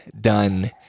done